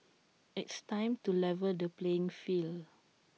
it's time to level the playing field